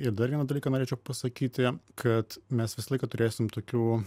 ir dar vieną dalyką norėčiau pasakyti kad mes visą laiką turėsim tokių